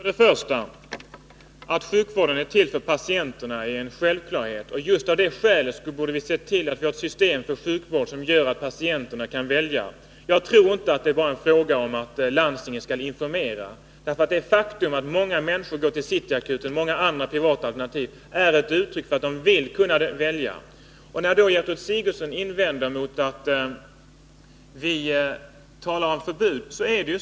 Herr talman! Att sjukvården är till för patienterna är en självklarhet, och just av det skälet borde vi se till att vi har ett system för sjukvård som gör att patienterna kan välja. Jag tror inte att det bara är en fråga om att landstingen skall informera — det faktum att många människor går till City Akuten och till många andra privata alternativ är ett uttryck för att de vill kunna välja. Gertrud Sigurdsen invänder mot att vi talar om förbud.